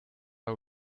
are